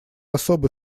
особый